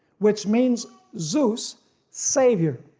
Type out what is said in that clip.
which means zeus savior.